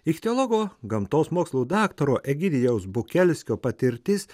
ichtiologo gamtos mokslų daktaro egidijaus bukelskio patirtis